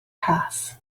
cas